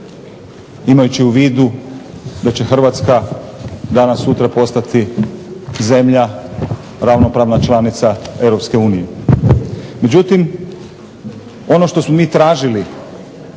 imajući u vidu da će Hrvatska danas-sutra postati zemlja ravnopravna članica EU. Međutim, ono što smo mi tražili